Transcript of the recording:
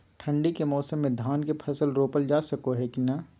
ठंडी के मौसम में धान के फसल रोपल जा सको है कि नय?